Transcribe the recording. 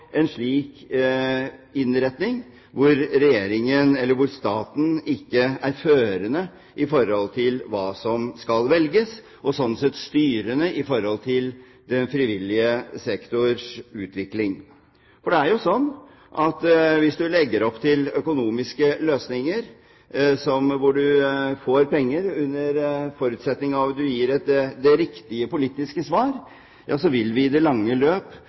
en slik innretning hvor staten ikke er førende i forhold til hva som skal velges, og slik sett styrende i forhold til den frivillige sektors utvikling. For det er jo slik at hvis man legger opp til økonomiske løsninger hvor man får penger under forutsetning av at man gir det riktige politiske svar, vil man i det lange løp